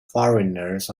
foreigners